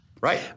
Right